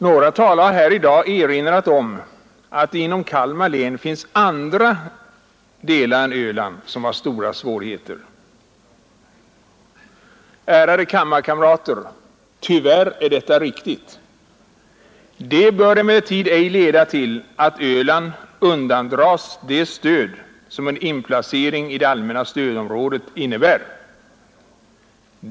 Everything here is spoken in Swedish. Några talare här i dag har erinrat om att det inom Kalmar län finns andra delar än Öland som har stora svårigheter. Ärade kammarkamrater! Tyvärr är detta riktigt. Det bör emellertid ej leda till att Öland undandras det stöd som en inplacering i det allmänna stödområdet innebär.